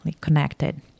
connected